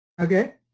Okay